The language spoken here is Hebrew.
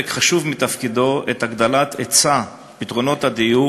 חשוב מתפקידו את הגדלת היצע פתרונות הדיור,